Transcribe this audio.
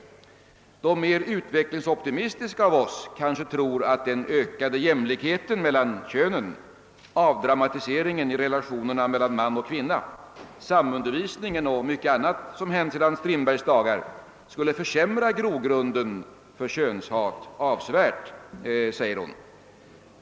»De mer utvecklingsoptimistiska av oss kanske tror att den ökade jämlikheten mellan könen, avdramatiseringen i relationerna mellan man och kvinna, samundervisning och mycket annat som hänt sedan Strindbergs dagar skulle försämra grogrunden för könshat avsevärt.